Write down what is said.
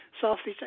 Southeast